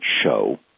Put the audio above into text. show